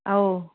ꯑꯧ